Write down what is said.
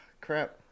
crap